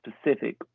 specific